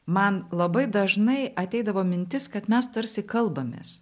man labai dažnai ateidavo mintis kad mes tarsi kalbamės